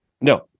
No